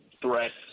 threats